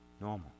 normal